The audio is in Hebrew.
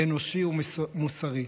אנושי ומוסרי.